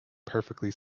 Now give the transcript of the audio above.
perfectly